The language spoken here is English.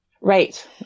Right